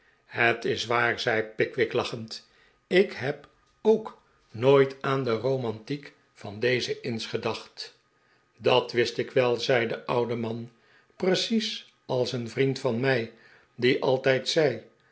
het is waar zei pickwick lachend ik heb ook nooit aan de romantiek van deze inns gedacht dat wist ik wel zei de oude man precies als een vriend van mi die altijd